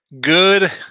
good